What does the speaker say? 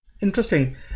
Interesting